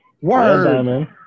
word